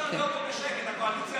אי-אפשר להיות בשקט, הקואליציה עסוקה.